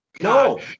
No